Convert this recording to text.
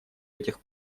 этих